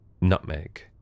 nutmeg